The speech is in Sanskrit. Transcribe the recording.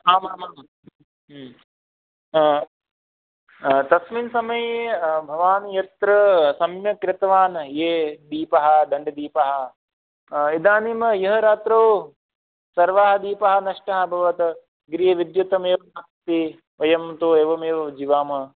आमामाम् ह्म् तस्मिन् समये भवान् यत्र सम्यक् कृतवान् ये दीपः दण्डदीपः इदानीम् ह्यः रात्रौ सर्वाः दीपाः नष्टाः अभवन् गृहे विद्युत् एव नास्ति वयं तु एवमेव जीवामः